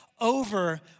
over